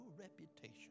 reputation